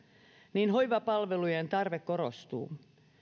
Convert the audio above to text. niin hoivapalvelujen tarve korostuu